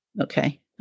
Okay